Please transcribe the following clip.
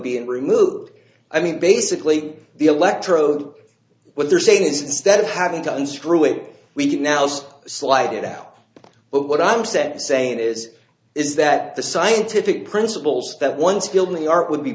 being removed i mean basically the electrode what they're saying is instead of having to unscrew it we can now just slide it out but what i'm set to saying is is that the scientific principles that one skilled in the art would be